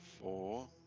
four